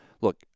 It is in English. look